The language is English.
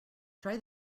try